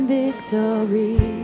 victory